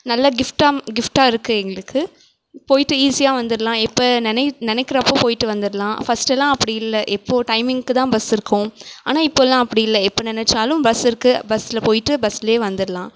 நல்ல கிஃப்டா கிஃப்டாக இருக்கு எங்களுக்கு போய்ட்டு ஈஸியாக வந்துடலாம் இப்போ நினைக்கிறப்ப போய்ட்டு வந்துடலாம் ஃபஸ்ட்டுலாம் அப்படியில்ல எப்போது டைமிங்க்கு தான் பஸ் இருக்கும் ஆனால் இப்போல்லாம் அப்படி இல்லை எப்போ நெனைச்சாலும் பஸ் இருக்கு பஸ்ஸில் போய்ட்டு பஸ்ஸிலே வந்துடலாம்